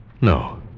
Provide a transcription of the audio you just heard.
No